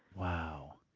wow.